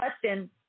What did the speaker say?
question